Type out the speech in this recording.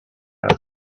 else